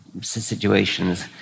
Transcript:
situations